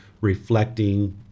reflecting